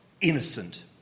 innocent